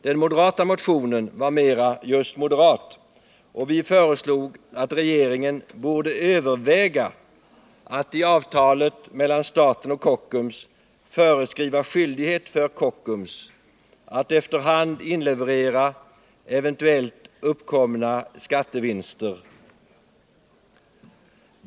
Den moderata motionen var mera just moderat, och vi föreslog att regeringen borde överväga att i avtalet mellan staten och Kockums föreskriva skyldighet för Kockums att efter hand inleverera eventuellt uppkommande skattevinster.